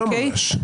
לא ממש.